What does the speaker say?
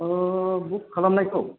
बुख खालामनायखौ